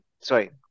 sorry